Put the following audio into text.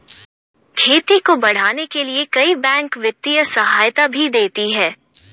खेती को बढ़ाने के लिए कई बैंक वित्तीय सहायता भी देती है